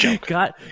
God